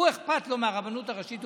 לא אכפת מהרבנות הראשית.